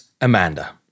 Amanda